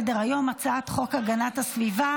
אני קובעת כי הצעת חוק הנוער (שפיטה,